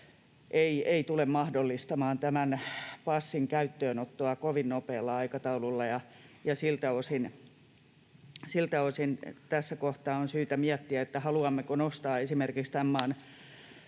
ei tule mahdollistamaan tämän passin käyttöönottoa kovin nopealla aikataululla. Siltä osin tässä kohtaa on syytä miettiä, haluammeko nostaa esimerkiksi tämän